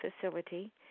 facility